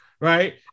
Right